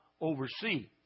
oversee